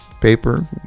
paper